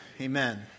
Amen